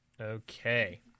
Okay